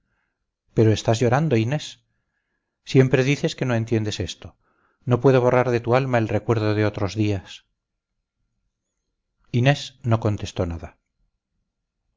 pero estás llorando inés siempre dices que no entiendes esto no puedo borrar de tu alma el recuerdo de otros días inés no contestó nada